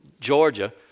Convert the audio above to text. Georgia